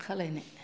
खालायनाय